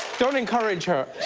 don't encourage her.